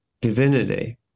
divinity